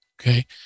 okay